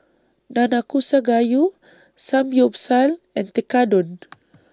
Nanakusa Gayu Samgyeopsal and Tekkadon